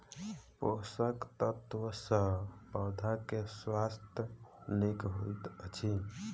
पोषक तत्व सॅ पौधा के स्वास्थ्य नीक होइत अछि